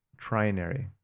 trinary